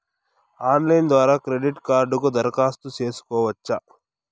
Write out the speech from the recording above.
Online ద్వారా credit కార్డుకు దరఖాస్తు సేసుకోవచ్చా?